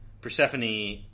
Persephone